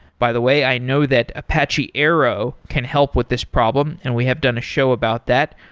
by the way, i know that apache arrow can help with this problem, and we have done a show about that.